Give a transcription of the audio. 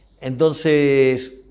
Entonces